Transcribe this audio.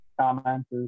comments